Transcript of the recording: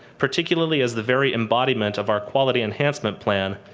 particularly as the very embodiment of our quality enhancement plan,